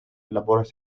laboras